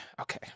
Okay